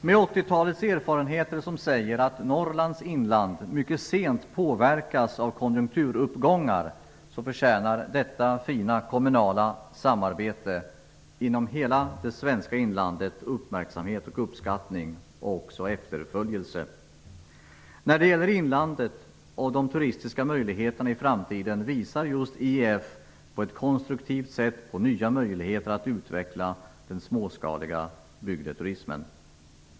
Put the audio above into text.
Med 80-talets erfarenheter som säger att Norrlands inland mycket sent påverkas av konjunkturuppgångar förtjänar detta fina kommunala samarbete inom hela det svenska inlandet uppmärksamhet, uppskattning och efterföljelse. När det gäller inlandet och de turistiska möjligheterna i framtiden visar IEF på ett konstruktivt sätt på nya möjligheter att utveckla den småskaliga bygdeturismen.